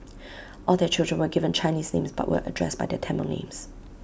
all their children were given Chinese names but were addressed by their Tamil names